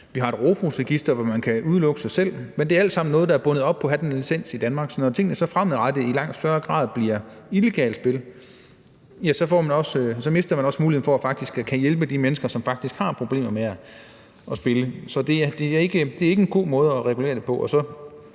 Vi har et ROFUS-register, hvor man kan udelukke sig selv, men det er alt sammen noget, der er bundet op på, at der er den her licens i Danmark. Så når spillet fremadrettet i langt større grad bliver illegalt, mister man også muligheden for at kunne hjælpe de mennesker, som faktisk har problemer med spil. Så det er ikke en god måde at regulere det på.